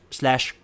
slash